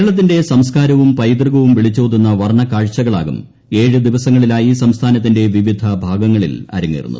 കേരളത്തിന്റെ സംസ്ക്കാരവും പൈതൃകവും വിളിച്ചോതുന്ന വർണക്കാഴ്ചകളാകും ഏഴു ദിവസങ്ങളിലായി സംസ്ഥാനത്തിന്റെ വിവിധ ഭാഗങ്ങളിൽ അരങ്ങേറുന്നത്